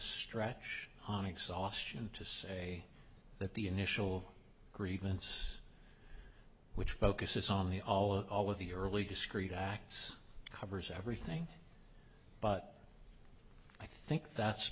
stretch on exhaustion to say that the initial grievance which focuses on the all of all of the early discreet acts covers everything but i think that's